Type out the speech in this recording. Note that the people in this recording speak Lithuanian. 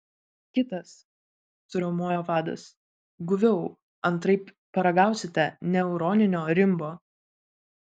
kitas suriaumojo vadas guviau antraip paragausite neuroninio rimbo